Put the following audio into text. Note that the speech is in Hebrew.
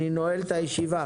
אני נועל את הישיבה.